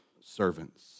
servants